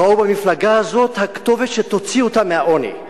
ראו במפלגה הזאת את הכתובת שתוציא אותם מהעוני.